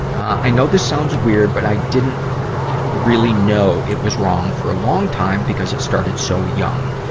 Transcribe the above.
i know this sounds weird, but i didn't really know it was wrong for a long time, because it started so young.